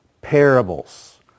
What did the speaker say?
parables